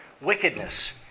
wickedness